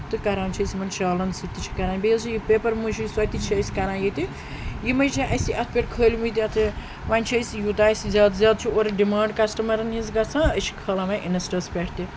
تہٕ کَران چھِ أسۍ یِمَن شالَن سۭتۍ تہِ چھِ کَران بیٚیہِ حظ یہِ پیپَر مٲشی سۄتہِ چھِ أسۍ کَران ییٚتہِ یِمے چھِ اَسہِ اَتھ پٮ۪ٹھ کھٲلۍ مٕتۍ یتھ ونۍ چھِ أسۍ یوٗتاہ اَسہِ زیادٕ زیادٕ چھِ اورٕ ڈِمانڈ کَسٹمَرَن ہِنٛز گژھان أسۍ چھِ کھالان وَنۍ اِنَسٹَاہَس پٮ۪ٹھ تہِ